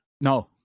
No